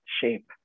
shape